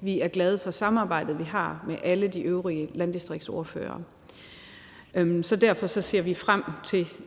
Vi er glade for samarbejdet, vi har med alle de øvrige landdistriktsordførere, så derfor ser vi